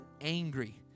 angry